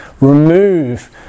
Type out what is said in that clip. remove